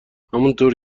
همونطور